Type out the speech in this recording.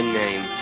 name